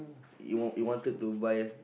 you want you wanted to buy